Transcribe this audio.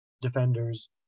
defenders